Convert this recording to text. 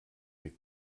wir